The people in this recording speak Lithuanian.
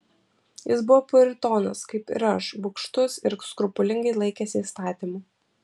jis buvo puritonas kaip ir aš bugštus ir skrupulingai laikėsi įstatymų